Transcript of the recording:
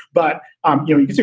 but i'm doing it.